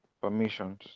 Permissions